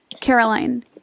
Caroline